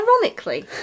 Ironically